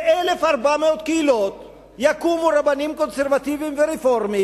ב-1,400 קהילות יקומו רבנים קונסרבטיבים ורפורמים